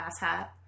asshat